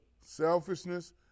selfishness